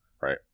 right